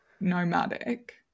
nomadic